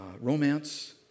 romance